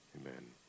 Amen